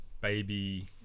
baby